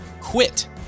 Quit